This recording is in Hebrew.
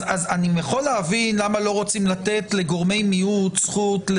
אז אני יכול להבין למה לא רוצים לתת לגורמי מיעוט זכות.